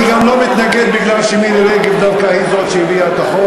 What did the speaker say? אני גם לא מתנגד דווקא מפני שמירי רגב היא שהביאה את החוק.